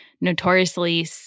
notoriously